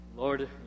Lord